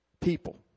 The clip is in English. people